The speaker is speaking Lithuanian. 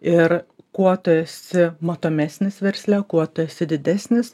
ir kuo tu esi matomesnis versle kuo tu esi didesnis